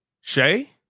Shay